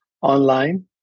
online